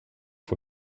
for